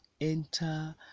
enter